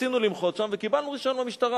רצינו למחות שם וקיבלנו רשיון מהמשטרה,